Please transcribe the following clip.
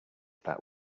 that